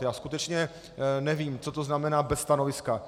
Já skutečně nevím, co to znamená bez stanoviska.